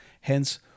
Hence